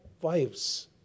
wives